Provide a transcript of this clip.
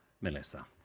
melissa